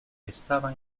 estaba